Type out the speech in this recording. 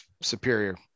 superior